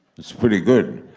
that's pretty good.